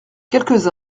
quelques